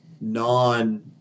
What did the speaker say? non